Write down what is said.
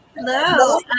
Hello